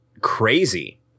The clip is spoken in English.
crazy